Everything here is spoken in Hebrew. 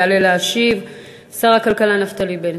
יעלה להשיב שר הכלכלה נפתלי בנט.